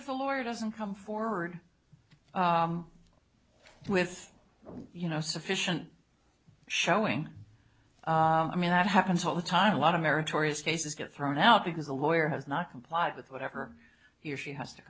if a lawyer doesn't come forward with you know sufficient showing i mean that happens all the time a lot of meritorious cases get thrown out because the lawyer has not complied with whatever he or she has to